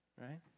Right